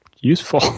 useful